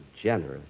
generous